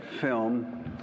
film